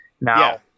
Now